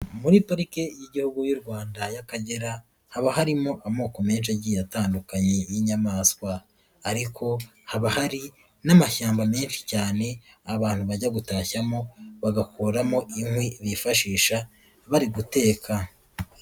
Muri pariki y'Igihugu y'u Rwanda y'Akagera haba harimo amoko menshi agiye atandukanye y'inyamaswa, ariko haba hari n'amashyamba menshi cyane abantu bajya gutashyamo, bagakuramo inkwi bifashisha bari guteka.